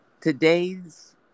today's